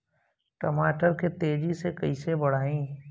टमाटर के तेजी से कइसे बढ़ाई?